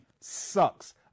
sucks